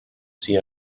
see